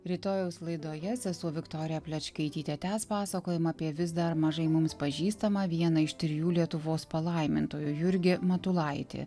rytojaus laidoje sesuo viktorija plečkaitytė tęs pasakojimą apie vis dar mažai mums pažįstamą vieną iš trijų lietuvos palaimintojo jurgį matulaitį